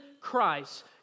Christ